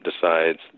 decides